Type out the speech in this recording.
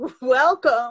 Welcome